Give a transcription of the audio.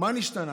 "מה נשתנה",